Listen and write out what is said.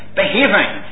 behaving